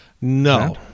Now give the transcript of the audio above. No